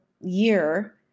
year